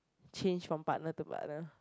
change from partner to partner